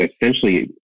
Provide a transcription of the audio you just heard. essentially